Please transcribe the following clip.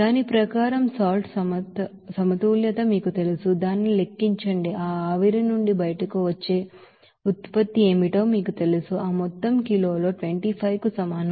దాని ప్రకారం salt balance మీకు తెలుసు దీనిని లెక్కించండి ఆ ఆవిరి నుండి బయటకు వచ్చే ఉత్పత్తి ఏమిటో మీకు తెలుసు ఆ మొత్తం కిలోలో 25 కు సమానం